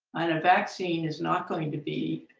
and a vaccine is not going to be